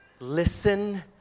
listen